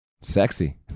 Sexy